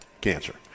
cancer